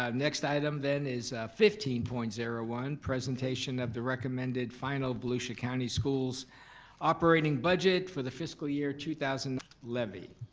um next item then is fifteen point zero one, presentation of the recommended final volusia county schools operating budget for the fiscal year two thousand levy.